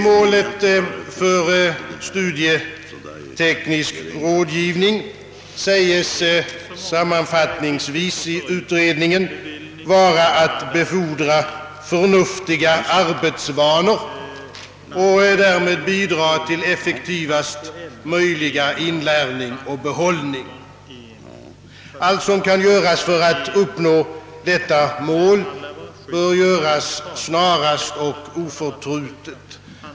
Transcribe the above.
Målet för studieteknisk rådgivning sägs sammanfattningsvis i betänkandet vara att befordra förnuftiga arbetsvanor och därmed bidraga till effektivast möjliga inlärning och behållning. Allt som kan göras för att uppnå detta mål bör göras snarast och oförtrutet.